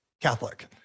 Catholic